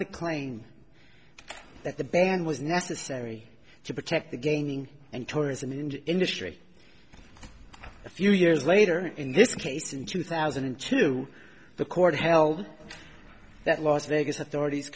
the claim that the ban was necessary to protect the gaming and tourism industry a few years later in this case in two thousand and two the court held that las vegas authorities